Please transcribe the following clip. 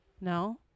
No